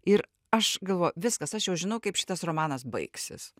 ir aš galvoju viskas aš jau žinau kaip šitas romanas baigsis